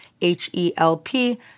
H-E-L-P